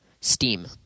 Steam